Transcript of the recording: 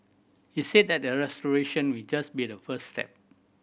he said that the restoration will just be the first step